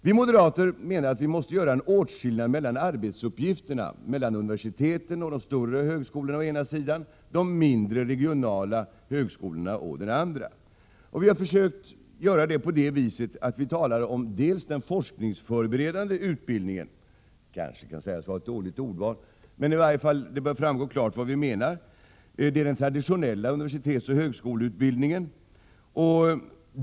Vi moderater menar att man måste göra en åtskillnad mellan arbetsuppgifterna mellan å ena sidan universiteten och de större högskolorna och å andra sidan de mindre regionala högskolorna. Vi har därför försökt tala om bl.a. den forskningsförberedande utbildningen, vilket kanske är ett dåligt ordval. Men det bör klart framgå vad vi menar, nämligen den traditionella universitetsoch högskoleutbildningen.